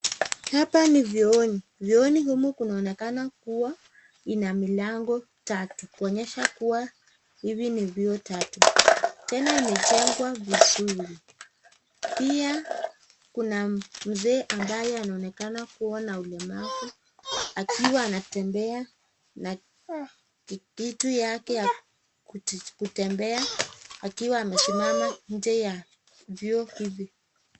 Hapa ni vyooni. Vyooni humu kunaonekana kuwa ina milango tatu inaonyesha kuwa hivi ni vyoo tatu imechengwa vizuri. Pia kuna mzee ambaye anaonekana kuwa na ulemavu akiwa anatembea na kitu yake ya kutembea akiwa amesimama nje ya vyoo hivi.